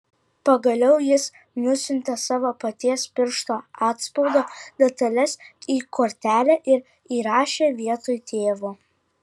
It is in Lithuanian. pagaliau jis nusiuntė savo paties piršto atspaudo detales į kortelę ir įrašė vietoj tėvo